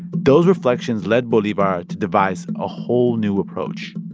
those reflections led bolivar to devise a whole new approach.